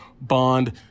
bond